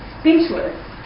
speechless